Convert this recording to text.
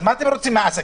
אז מה אתם רוצים מהעסקים?